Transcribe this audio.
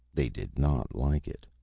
they did not like it.